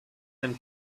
ein